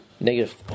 Negative